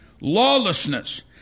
Lawlessness